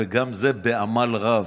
וגם זה בעמל רב.